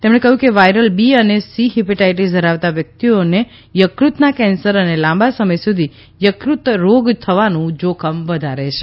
તેમણે કહ્યું viral B અને સી હિપેટાઇટિસ ધરાવતા વ્યક્તિઓને યક઼તના કેન્સર અને લાંબા સમય સુધી યક્રત રોગ થવાનું જોખમ વધારે છે